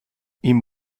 ihm